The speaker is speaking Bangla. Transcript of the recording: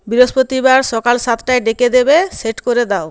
বৃহস্পতিবার সকাল সাতটায় ডেকে দেবে সেট করে দাও